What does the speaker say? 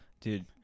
Dude